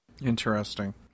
Interesting